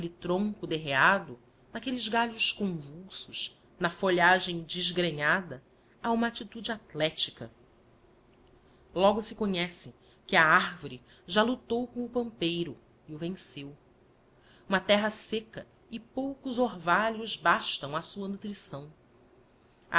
tronco der reado n'aquelles galhos convulsos na folhagem desgrenhada ha uma attitude athletica logo se conhece que a arvore já luctou com o pampeiro e o venceu uma terra secca e poucos orvalhos bastam á sua